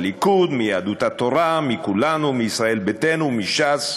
הפערים ההולכים וגדלים בין הצפון לשאר חלקי